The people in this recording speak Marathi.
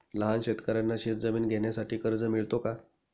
लहान शेतकऱ्यांना शेतजमीन घेण्यासाठी कर्ज मिळतो का?